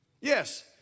Yes